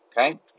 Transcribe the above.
okay